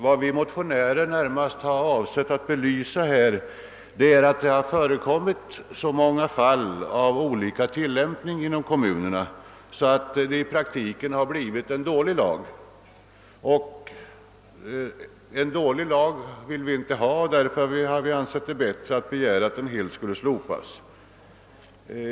Vad vi motionärer närmast har avsett att belysa är att det har förekommit så många fall av olika tillämpning inom kommunerna att det i praktiken blivit en dålig lag, och en dålig lag vill vi inte ha. Därför har vi funnit det bättre att begära att den helt skulle slopas.